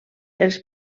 els